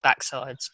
backsides